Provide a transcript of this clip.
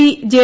P J